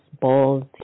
balls